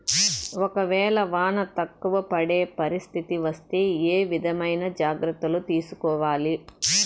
ఒక వేళ వాన తక్కువ పడే పరిస్థితి వస్తే ఏ విధమైన జాగ్రత్తలు తీసుకోవాలి?